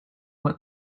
what